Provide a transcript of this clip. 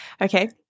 Okay